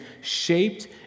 shaped